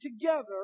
together